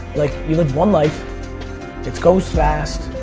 like you live one life. it goes fast,